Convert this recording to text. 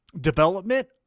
development